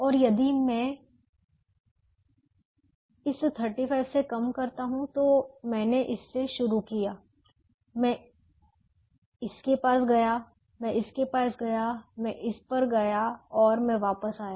और यदि मैं और जब मैं इस 35 से कम करता हूं तो मैंने इससे शुरू किया मैं इसके पास गया मैं इसके पास गया मैं इस पर गया और मैं वापस आया